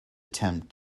attempt